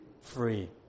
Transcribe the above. Free